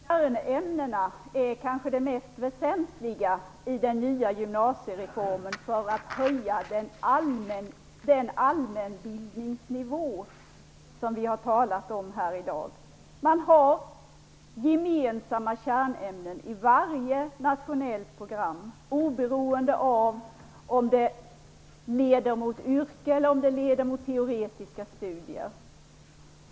Herr talman! Kärnämnena är kanske det mest väsentliga i den nya gymnasiereformen för att höja den allmänbildningsnivå som vi har talat om i dag. Man har gemensamma kärnämnen i varje nationellt program oberoende av om det leder mot yrke eller teoretiska studier.